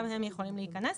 גם הם יכולים להיכנס.